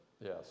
Yes